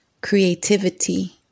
Creativity